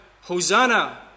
Hosanna